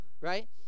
Right